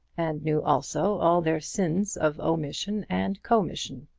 and knew also all their sins of omission and commission.